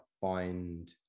find